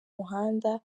muhanda